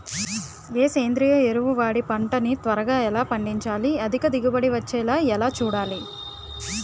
ఏ సేంద్రీయ ఎరువు వాడి పంట ని త్వరగా ఎలా పండించాలి? అధిక దిగుబడి వచ్చేలా ఎలా చూడాలి?